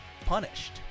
punished